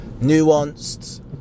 nuanced